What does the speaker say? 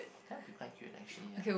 that will be quite cute actually ya